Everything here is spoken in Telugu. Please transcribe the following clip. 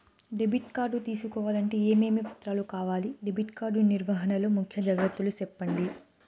డెబిట్ కార్డు తీసుకోవాలంటే ఏమేమి పత్రాలు కావాలి? డెబిట్ కార్డు నిర్వహణ లో ముఖ్య జాగ్రత్తలు సెప్పండి?